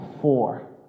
four